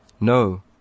No